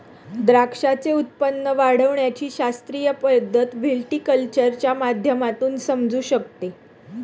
द्राक्षाचे उत्पादन वाढविण्याची शास्त्रीय पद्धत व्हिटीकल्चरच्या माध्यमातून समजू शकते